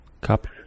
Cup